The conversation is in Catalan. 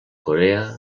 corea